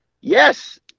yes